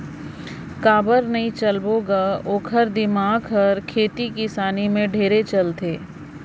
काबर नई चलबो ग ओखर दिमाक हर खेती किसानी में ढेरे चलथे